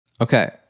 Okay